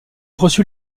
reçu